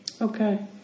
Okay